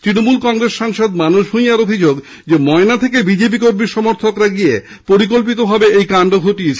তৃণমূল কংগ্রেস সাংসদ মানস ভুইঞার অভিযোগ ময়না থেকে বিজেপি কর্মী সমর্থকরা এসে পরিকল্পিতভাবে এই কান্ড ঘটিয়েছে